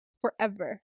Forever